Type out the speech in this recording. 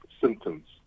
symptoms